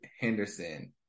Henderson